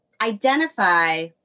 identify